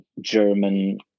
German